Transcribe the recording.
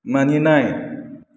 मानिनाय